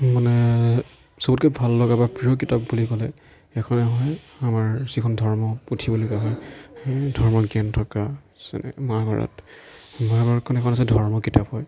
মানে সবতকৈ ভাল লগা বা প্ৰিয় কিতাপ বুলি ক'লে সেইখনে হয় আমাৰ যিখন ধৰ্ম পুথি বুলি কোৱা হয় সেই ধৰ্মজ্ঞান থকা যেনে মহাভাৰত মহাভাৰতখন সেইখন হৈছে ধৰ্ম কিতাপ হয়